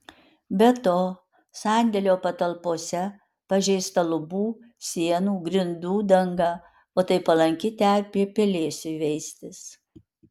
be to sandėlio patalpose pažeista lubų sienų grindų danga o tai palanki terpė pelėsiui veistis